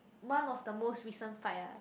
one of the most recent fight ah